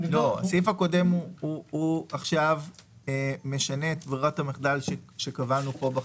הסעיף הקודם משנה את ברירת המחדל שקבענו פה בחקיקה.